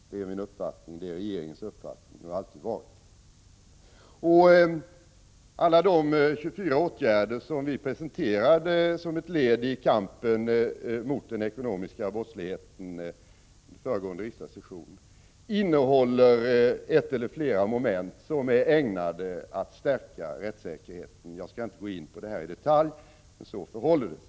Det är min och regeringens uppfattning och har alltid varit det. Alla de 24 åtgärder som vi presenterade som ett led i kampen mot den ekonomiska brottsligheten vid föregående riksmöte innehåller ett eller flera moment som är ägnade att stärka rättssäkerheten. Jag skall inte gå in på det i detalj, men så förhåller det sig.